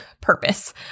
purpose